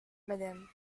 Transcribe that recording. madame